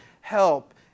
help